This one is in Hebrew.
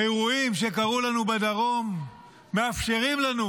האירועים שקרו לנו בדרום מאפשרים לנו